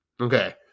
Okay